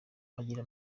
agira